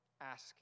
ask